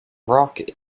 rock